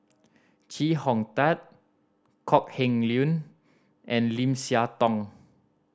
Chee Hong Tat Kok Heng Leun and Lim Siah Tong